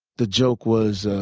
the joke was